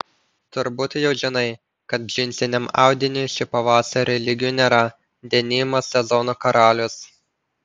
turbūt jau žinai kad džinsiniam audiniui šį pavasarį lygių nėra denimas sezono karalius